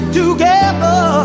together